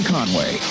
Conway